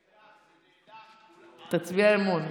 זה נהדר, תצביע אמון.